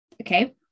okay